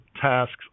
tasks